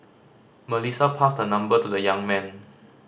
Melissa passed her number to the young man